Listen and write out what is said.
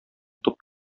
туп